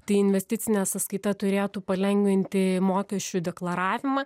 tai investicinė sąskaita turėtų palengvinti mokesčių deklaravimą